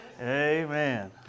Amen